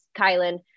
Kylan